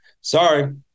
sorry